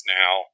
now